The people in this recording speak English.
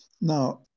Now